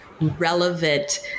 relevant